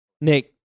Nick